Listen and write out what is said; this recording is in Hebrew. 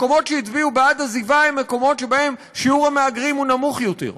מקומות שהצביעו בעד עזיבה הם מקומות שבהם שיעור המהגרים נמוך יותר.